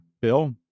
Bill